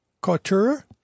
couture